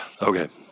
Okay